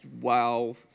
wow